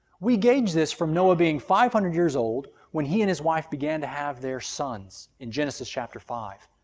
we gauge this from noah being five hundred years old when he and his wife began to have their sons in genesis chapter five,